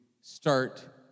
start